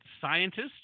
scientists